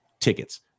tickets